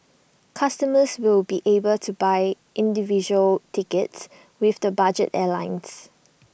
customers will be able to buy individual tickets with the budget airlines